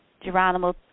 Geronimo